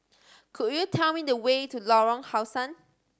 could you tell me the way to Lorong How Sun